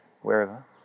wherever